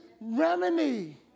remedy